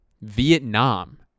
Vietnam